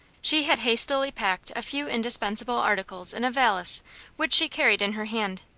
she had hastily packed a few indispensable articles in a valise which she carried in her hand.